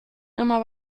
immer